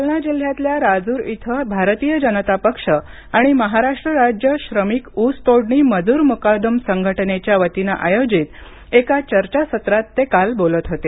जालना जिल्ह्यातल्या राजूर इंथ भारतीय जनता पक्ष आणि महाराष्ट्र राज्य श्रमिक ऊसतोडणी मजूर मुकादम संघटनेच्या वतीनं आयोजित एका चर्चासत्रात ते काल बोलत होते